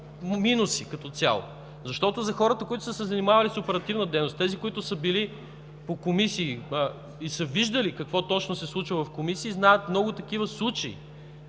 минуси като цяло. Защото за хората, които са се занимавали с оперативна дейност, тези, които са били по комисии и са виждали какво точно се случва в комисии, знаят много такива случаи.